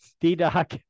D-Doc